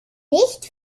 nicht